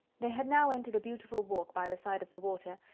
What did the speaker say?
they had now entered a beautiful walk by the side of the water,